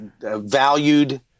valued